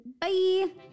Bye